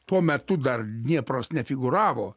tuo metu dar dniepras nefigūravo